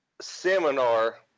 seminar